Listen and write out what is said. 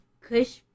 Kush